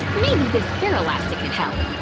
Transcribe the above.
maybe this hair elastic could help!